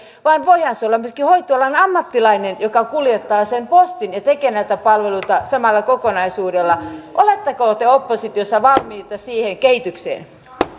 voihan se olla myöskin hoitoalan ammattilainen joka kuljettaa sen postin ja tekee näitä palveluita samalla kokonaisuudella oletteko te oppositiossa valmiita siihen kehitykseen